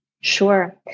Sure